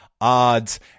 odds